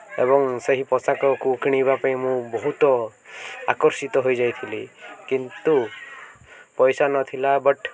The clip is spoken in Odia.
ଏବଂ ସେହି ପୋଷାକକୁ କିଣିବା ପାଇଁ ମୁଁ ବହୁତ ଆକର୍ଷିତ ହୋଇଯାଇଥିଲି କିନ୍ତୁ ପଇସା ନଥିଲା ବଟ୍